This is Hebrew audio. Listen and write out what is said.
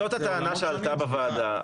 זאת הטענה שעלתה בוועדה.